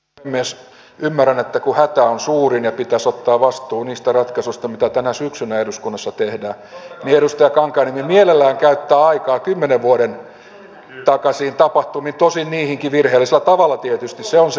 ymmärrän että kun hätä on suurin ja pitäisi ottaa vastuu niistä ratkaisuista mitä tänä syksynä eduskunnassa tehdään niin edustaja kankaanniemi mielellään käyttää aikaa kymmenen vuoden takaisiin tapahtumiin tosin niihinkin tietysti virheellisellä tavalla se on selvä